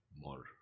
more